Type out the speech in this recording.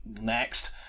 next